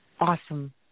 Awesome